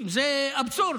זה אבסורד.